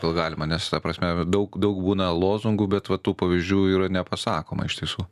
gal galima nes ta prasme daug daug būna lozungų bet va tų pavyzdžių yra nepasakoma iš tiesų